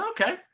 Okay